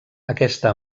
aquesta